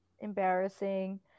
Embarrassing